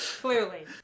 Clearly